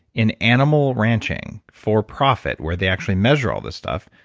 in animal ranching for profit where they actually measure all this stuff,